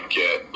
get